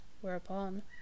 Whereupon